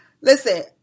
Listen